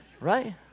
Right